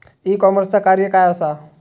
E कॉमर्सचा कार्य काय असा?